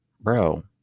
bro